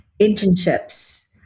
internships